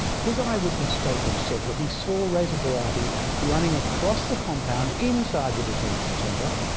his um eyewitness statement said that he saw reza barati running across the compound inside the detention centre